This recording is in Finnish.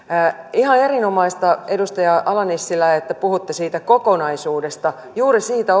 ihan erinomaista edustaja ala nissilä että puhutte siitä kokonaisuudesta juuri siitä